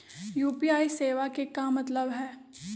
UPI सेवा के का मतलब है?